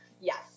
yes